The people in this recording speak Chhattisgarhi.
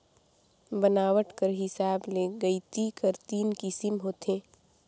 बनावट कर हिसाब ले गइती कर तीन किसिम होथे